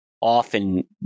often